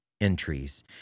entries